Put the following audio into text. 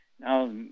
Now